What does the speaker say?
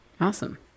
Awesome